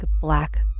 black